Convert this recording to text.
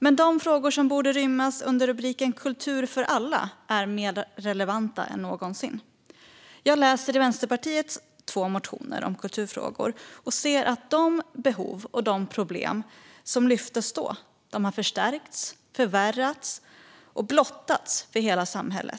Men de frågor som borde rymmas under rubriken Kultur för alla är mer relevanta än någonsin. Jag läser i Vänsterpartiets två motioner om kulturfrågor och ser att de behov och problem som lyftes då har förstärkts, förvärrats och blottats för hela samhället.